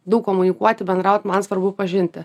daug komunikuoti bendrauti man svarbu pažinti